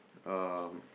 um